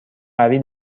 قوی